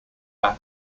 pac